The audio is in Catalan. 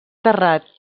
terrat